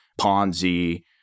Ponzi